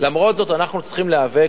למרות זאת, אנחנו צריכים להיאבק,